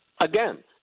Again